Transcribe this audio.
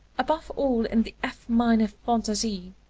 above all in the f minor fantasie.